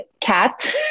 cat